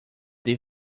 they